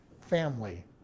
family